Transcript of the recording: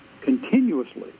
Continuously